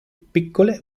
piccole